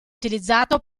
utilizzato